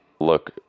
look